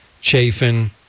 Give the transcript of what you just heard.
Chafin